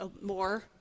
more